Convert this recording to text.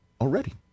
already